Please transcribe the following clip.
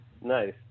Nice